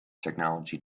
technology